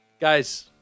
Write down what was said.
guys